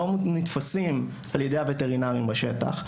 לא נתפסים על ידי הווטרינרים בשטח.